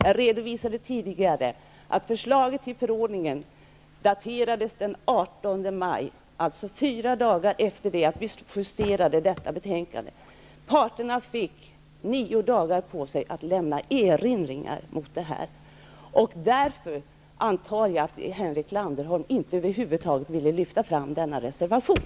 Jag redovisade tidigare att förslaget till förordningen daterades den 18 maj, alltså fyra dagar efter det att detta betänkande justerades. Parterna fick nio dagar på sig att göra erinringar mot förslaget. Jag antar att det är därför som Henrik Landerholm över huvud taget inte ville lyfta fram denna reservation.